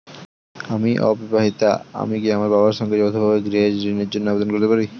আমি অবিবাহিতা আমি কি আমার বাবার সঙ্গে যৌথভাবে গৃহ ঋণের জন্য আবেদন করতে পারি?